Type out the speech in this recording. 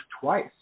twice